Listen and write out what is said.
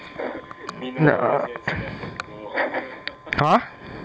err !huh!